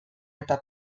eta